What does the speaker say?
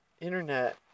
Internet